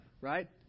right